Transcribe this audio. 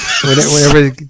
Whenever